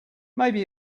maybe